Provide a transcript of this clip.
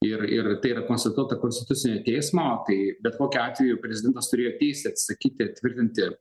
ir ir tai yra konstatuota konstitucinio teismo tai bet kokiu atveju prezidentas turėjo teisę atsisakyti tvirtinti